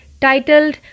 titled